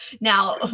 now